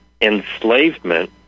enslavement